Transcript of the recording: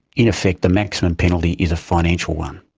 in effect the maximum penalty is a financial one.